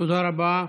תודה רבה.